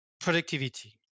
productivity